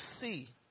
see